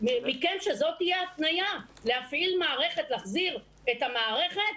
שזו תהיה ההתניה להחזיר את המערכת: